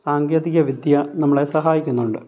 സാങ്കേതികവിദ്യ നമ്മളെ സഹായിക്കുന്നുണ്ട്